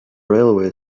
railway